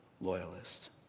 loyalist